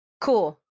Cool